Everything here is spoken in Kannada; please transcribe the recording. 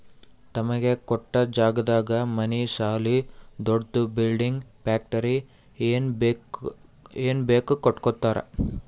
ತಮಗ ಕೊಟ್ಟ್ ಜಾಗದಾಗ್ ಮನಿ ಸಾಲಿ ದೊಡ್ದು ಬಿಲ್ಡಿಂಗ್ ಫ್ಯಾಕ್ಟರಿ ಏನ್ ಬೀ ಕಟ್ಟಕೊತ್ತರ್